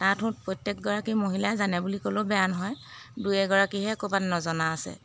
তাঁত প্ৰত্যেকগৰাকী মহিলাই জানে বুলি ক'লেও বেয়া নহয় দুই এগৰাকীহে ক'ৰবাত নজনা আছে